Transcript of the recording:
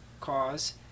cause